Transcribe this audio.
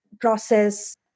process